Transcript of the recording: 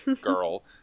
girl